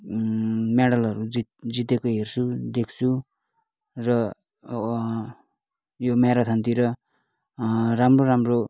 मेडलहरू जित जितेको हेर्छु देख्छु र यो म्याराथानतिर राम्रो राम्रो